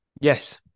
Yes